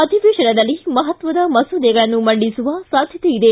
ಅಧಿವೇಶನದಲ್ಲಿ ಮಹತ್ವದ ಮಸೂದೆಗಳನ್ನು ಮಂಡಿಸುವ ಸಾಧ್ಯತೆ ಇದೆ